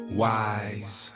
wise